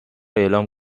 اعلام